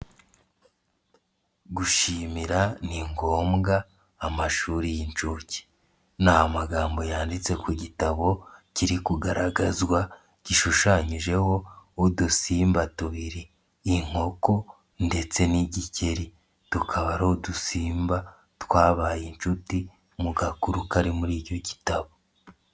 Gushimira ni ngombwa amashuri y'inshuke, ni amagambo yanditse ku gitabo kiri kugaragazwa, gishushanyijeho udusimba tubiri inkoko ndetse n'igikeri, tukaba ari udusimba twabaye inshuti mu gakuru kari muri icyo gitabo.